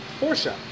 Porsche